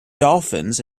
dolphins